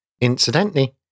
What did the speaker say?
Incidentally